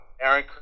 Aaron